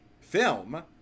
film